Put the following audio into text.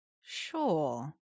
sure